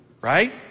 Right